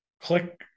click